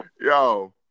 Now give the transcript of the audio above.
Yo